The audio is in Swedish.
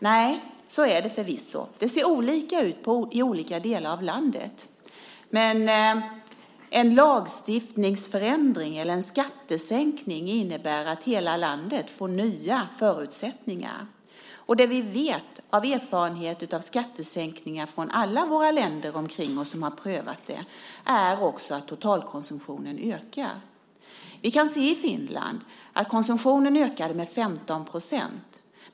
Nej, så är det förvisso. Det ser olika ut i olika delar av landet. Men en lagstiftningsförändring eller en skattesänkning innebär att hela landet får nya förutsättningar. Det vi vet genom erfarenheter av skattesänkningar i alla länder omkring oss som har prövat det är att totalkonsumtionen ökar. Vi kan se att konsumtionen i Finland ökade med 15 %.